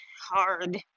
hard